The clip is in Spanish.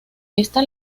esta